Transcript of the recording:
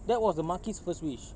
that was the monkey's first wish